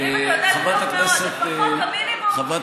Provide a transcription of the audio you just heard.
זה מה